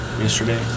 yesterday